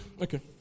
okay